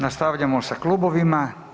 Nastavljamo sa klubovima.